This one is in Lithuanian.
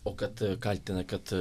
o kad kaltina kad